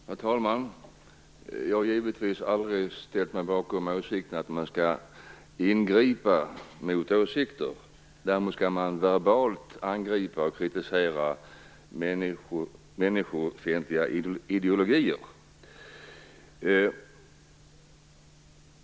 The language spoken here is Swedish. Herr talman! Jag har givetvis aldrig ställt mig bakom uppfattningen att man skall ingripa mot åsikter, däremot skall man verbalt angripa och kritisera människofientliga ideologier.